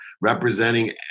representing